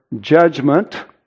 judgment